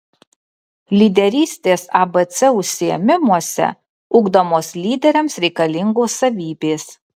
lyderystės abc užsiėmimuose ugdomos lyderiams reikalingos savybės